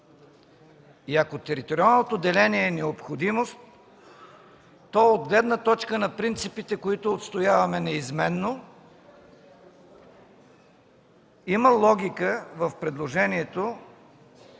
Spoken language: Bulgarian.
И ако териториалното деление е необходимост, то от гледна точка на принципите, които отстояваме неизменно, има логика в предложението